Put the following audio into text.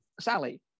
Sally